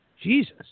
Jesus